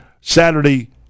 Saturday